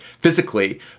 physically